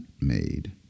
made